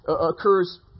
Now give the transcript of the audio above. occurs